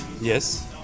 Yes